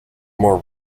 more